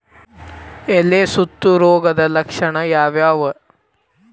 ಎಲೆ ಸುತ್ತು ರೋಗದ ಲಕ್ಷಣ ಯಾವ್ಯಾವ್?